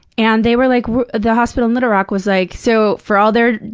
and they were like the hospital in little rock was like so, for all their.